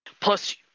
Plus